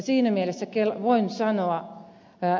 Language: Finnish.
siinä mielessä voin sanoa ed